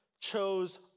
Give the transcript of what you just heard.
chose